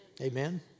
Amen